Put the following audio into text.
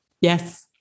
Yes